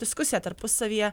diskusiją tarpusavyje